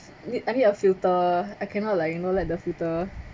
I need I need a filter I cannot like you know like the filter